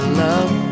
love